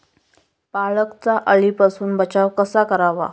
पालकचा अळीपासून बचाव कसा करावा?